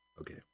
Okay